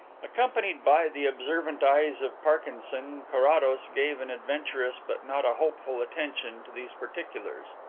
accompanied by the observant eyes of parkinson, carrados gave an adventurous but not a hopeful attention to these particulars.